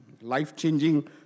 life-changing